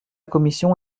commission